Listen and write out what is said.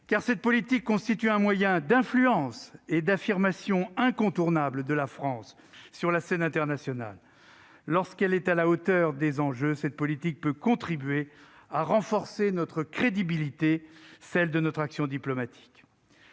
car cette politique constitue un moyen d'influence et d'affirmation incontournable de la France sur la scène internationale. Lorsqu'elle est à la hauteur des enjeux, cette politique peut contribuer à renforcer la crédibilité de notre action diplomatique.